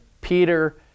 Peter